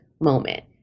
moment